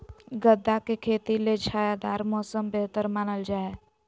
गदा के खेती ले छायादार मौसम बेहतर मानल जा हय